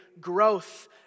growth